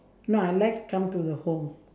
no I like come to the home